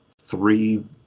three